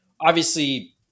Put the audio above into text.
obviously-